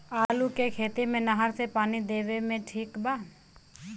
आलू के खेती मे नहर से पानी देवे मे ठीक बा?